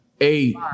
eight